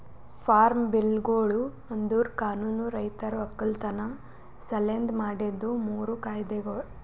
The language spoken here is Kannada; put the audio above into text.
ಫಾರ್ಮ್ ಬಿಲ್ಗೊಳು ಅಂದುರ್ ಕಾನೂನು ರೈತರ ಒಕ್ಕಲತನ ಸಲೆಂದ್ ಮಾಡಿದ್ದು ಮೂರು ಕಾಯ್ದೆಗೊಳ್